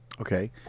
okay